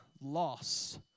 loss